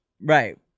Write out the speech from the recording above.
Right